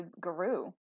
guru